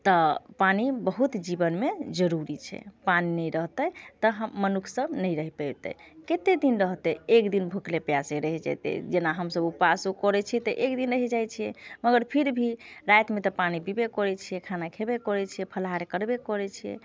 तऽ पानि बहुत जीवनमे जरूरी छै पानि नइ रहतै तऽ हम मनुख सभ नहि रहि पेतै कते दिन रहतै एक दिन भूखले प्यासे रहि जेतै जेना हमसभ उपासो करै छी तऽ एक दिन रहि जाइ छियै मगर फिर भी रातिमे तऽ पानि पिबै करै छियै खाना खेबे करै छियै फलहार करबै करै छियै